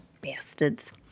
Bastards